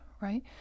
right